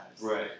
Right